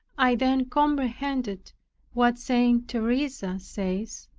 i then comprehended what st. teresa says,